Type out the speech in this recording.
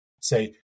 say